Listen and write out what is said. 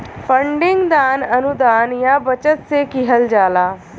funding दान, अनुदान या बचत से किहल जाला